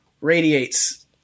radiates